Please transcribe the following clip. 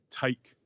take